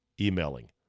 emailing